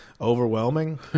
overwhelming